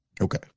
Okay